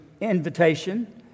invitation